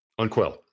Unquell